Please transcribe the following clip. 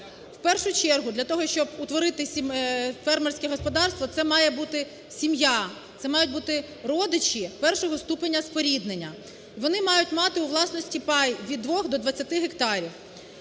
У першу чергу для того, щоб утворити фермерське господарство, це має бути сім'я, це мають бути родичі першого ступеню споріднення. Вони мають мати у власності пай від 2 до 20 гектарів.